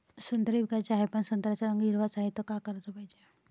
संत्रे विकाचे हाये, पन संत्र्याचा रंग हिरवाच हाये, त का कराच पायजे?